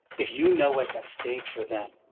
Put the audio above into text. if you know what's at stake for them,